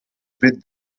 with